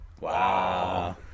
Wow